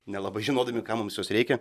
nelabai žinodami kam mums jos reikia